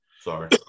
Sorry